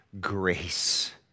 grace